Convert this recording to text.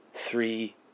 Three